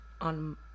on